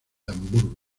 hamburgo